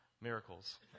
Miracles